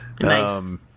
Nice